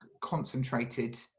concentrated